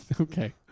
Okay